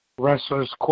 Wrestlers